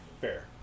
Fair